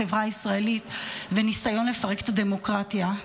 החברה הישראלית וניסיון לפרק את הדמוקרטיה.